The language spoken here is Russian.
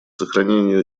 сохранению